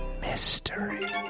mystery